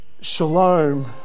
shalom